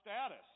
status